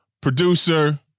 producer